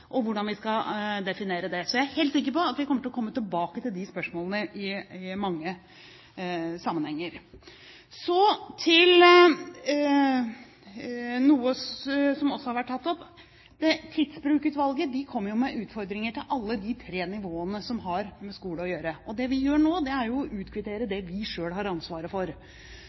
og hvordan vi skal definere den. Jeg er helt sikker på at vi kommer til å komme tilbake til de spørsmålene i mange sammenhenger. Så til noe som også har vært tatt opp. Tidsbrukutvalget kom med utfordringer til alle de tre nivåene som har med skole å gjøre. Det vi gjør nå, er å utkvittere det vi selv har ansvaret for.